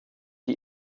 die